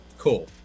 cool